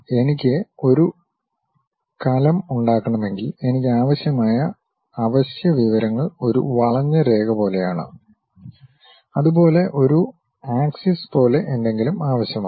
എനിക്ക് ഒരു കലം ഉണ്ടാക്കണമെങ്കിൽ എനിക്ക് ആവശ്യമായ അവശ്യ വിവരങ്ങൾ ഒരു വളഞ്ഞ രേഖ പോലെയാണ്അതുപോലെ ഒരു ആക്സിസ് പോലെ എന്തെങ്കിലും ആവശ്യമാണ്